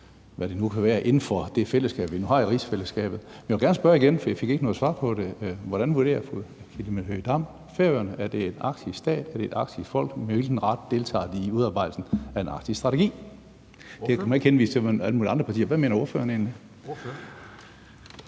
hvad det nu kan være, inden for det fællesskab, vi nu har i rigsfællesskabet. Men jeg vil gerne spørge igen, for jeg fik ikke noget svar på det: Hvordan vurderer fru Aki-Matilda Høegh-Dam Færøerne? Er det en arktisk stat, er det et arktisk folk? Med hvilken ret deltager de i udarbejdelsen af en arktisk strategi? Ordføreren behøver ikke at henvise til alle mulige andre partier – hvad mener ordføreren egentlig?